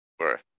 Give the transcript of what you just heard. Right